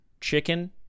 chicken